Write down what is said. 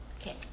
Okay